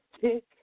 tick